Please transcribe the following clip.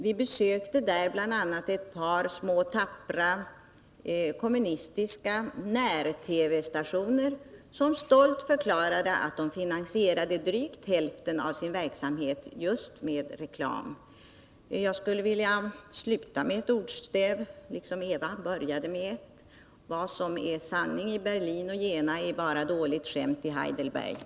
Vi besökte i Italien bl.a. ett par små tappra kommunistiska när-TV-stationer, där man stolt förklarade att man finansierade drygt hälften av sin verksamhet just med reklam. Jag skulle vilja sluta med ett ordstäv, liksom Eva Hjelmström började med ett: ”Det som är sanning i Berlin och Jena, är bara dåligt skämt i Heidelberg.”